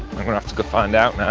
i'm gonna have to go find out.